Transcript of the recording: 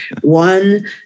one